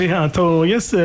Yes